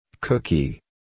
Cookie